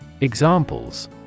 Examples